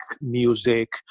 music